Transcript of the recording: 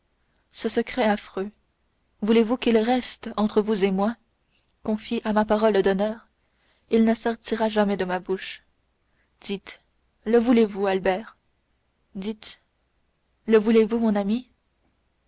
ce secret affreux voulez-vous qu'il reste entre vous et moi confié à ma parole d'honneur il ne sortira jamais de ma bouche dites le voulez-vous albert dites le voulez-vous mon ami